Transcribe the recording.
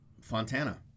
Fontana